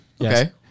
okay